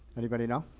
anybody know?